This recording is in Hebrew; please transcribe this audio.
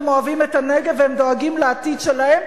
הם אוהבים את הנגב והם דואגים לעתיד שלהם,